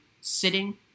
sitting